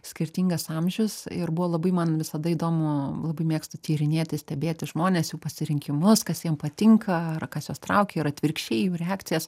skirtingas amžius ir buvo labai man visada įdomu labai mėgstu tyrinėti stebėti žmones jų pasirinkimus kas jiem patinka ar kas juos traukia ir atvirkščiai jų reakcijas